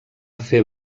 fer